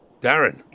Darren